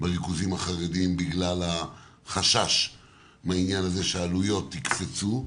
בריכוזים החרדיים בגלל החשש מהעניין הזה שהעלויות יקפצו.